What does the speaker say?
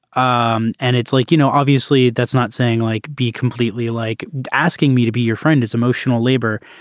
ah um and it's like you know obviously that's not saying like be completely like asking me to be your friend his emotional labor